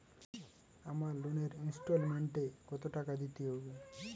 আমার লোনের ইনস্টলমেন্টৈ কত টাকা দিতে হবে?